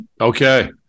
okay